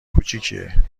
کوچیکیه